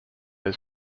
his